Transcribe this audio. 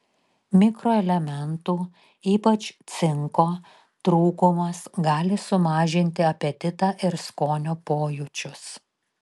mikroelementų ypač cinko trūkumas gali sumažinti apetitą ir skonio pojūčius